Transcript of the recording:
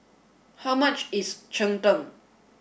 how much is Cheng Tng